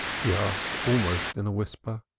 he asked almost in a whisper.